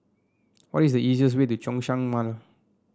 what is the easiest way to Zhongshan Mall